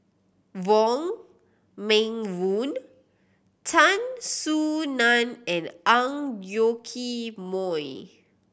Wong Meng Voon Tan Soo Nan and Ang Yoke Mooi